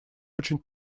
очень